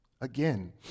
Again